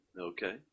Okay